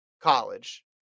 college